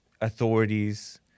authorities